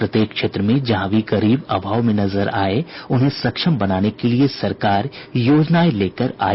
प्रत्येक क्षेत्र में जहां भी गरीब अभाव में नजर आए उन्हें सक्षम बनाने के लिए सरकार योजनाएं लेकर आई